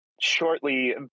shortly